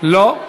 לא.